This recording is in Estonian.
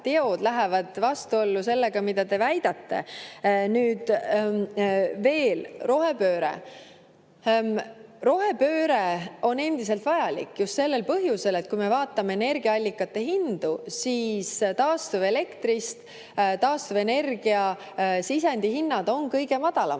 teod on läinud vastuollu sellega, mida te väidate. Nüüd veel rohepöördest. Rohepööre on endiselt vajalik ka sellel põhjusel, et kui me vaatame energiaallikate hindu, siis taastuvelektri, taastuvenergiaga seotud sisendite hinnad on kõige madalamad.